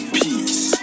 peace